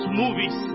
movies